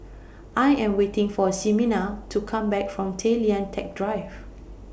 I Am waiting For Ximena to Come Back from Tay Lian Teck Drive